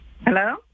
Hello